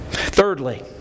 Thirdly